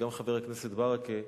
וגם חבר הכנסת ברכה,